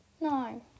No